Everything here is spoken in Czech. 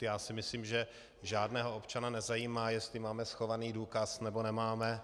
Já si myslím, že žádného občana nezajímá, jestli máme schovaný důkaz, nebo nemáme.